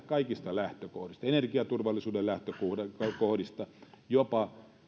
kaikista lähtökohdista energiaturvallisuuden lähtökohdista jopa